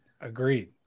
agreed